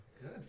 good